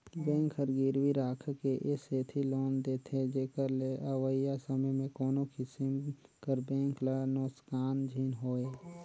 bank हर गिरवी राखके ए सेती लोन देथे जेकर ले अवइया समे में कोनो किसिम कर बेंक ल नोसकान झिन होए